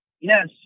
Yes